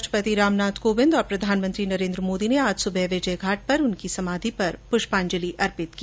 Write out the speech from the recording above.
राष्ट्रपति रामनाथ कोविंद और प्रधानमंत्री नरेन्द्र मोदी ने आज सुबह विजयघाट पर उनकी समाधि पर पुष्पांजलि अर्पित की